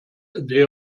they